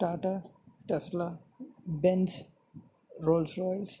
Tata Tesla Benz Rolls Royce